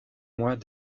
mois